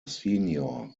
senior